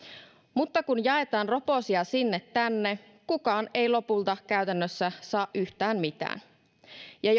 mutta kun jaetaan roposia sinne tänne kukaan ei lopulta käytännössä saa yhtään mitään ja